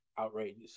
outrageous